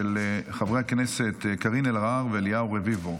של חברי הכנסת קארין אלהרר ואליהו רביבו.